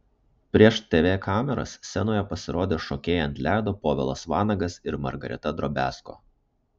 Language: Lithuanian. prieš tv kameras scenoje pasirodė šokėjai ant ledo povilas vanagas ir margarita drobiazko